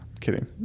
Kidding